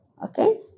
Okay